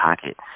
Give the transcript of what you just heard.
pocket